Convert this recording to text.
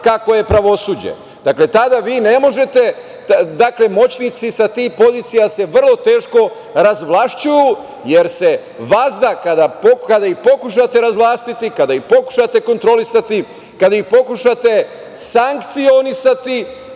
kakvo je pravosuđe. Dakle, tada vi ne možete… Moćnici sa tih pozicija se vrlo teško razvlašćuju, jer se vazda, kada ih pokušate razvlastiti, kada ih pokušate kontrolisati, kada ih pokušati sankcionisati,